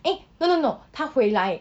eh no no no 他回来